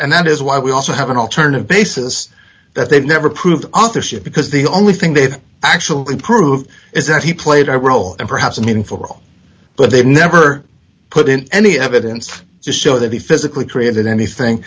and that is why we also have an alternative basis that they never prove authorship because the only thing they've actually proved is that he played a role and perhaps an informal but they never put in any evidence to show that he physically created anything